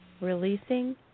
releasing